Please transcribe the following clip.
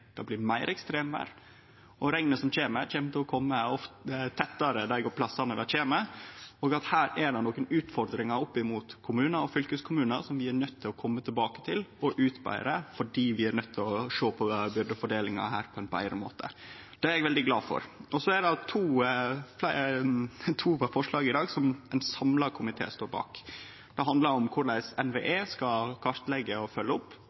meir ekstremvêr, og at regnet som kjem, kjem til å kome tettare der det kjem, og at vi har nokre utfordringar opp mot kommunar og fylkeskommunar som vi er nøydde til å kome tilbake til og utbetre, for vi er nøydde til å få til byrdefordelinga på ein betre måte. Det er eg veldig glad for. Det er to forslag i dag som ein samla komité står bak. Det eine handlar om korleis NVE skal kartleggje og følgje opp.